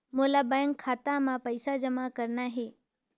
मोला बैंक खाता मां पइसा जमा करना हे?